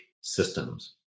systems